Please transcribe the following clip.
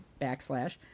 backslash